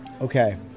Okay